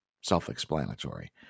self-explanatory